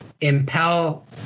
Impel